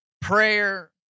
Prayer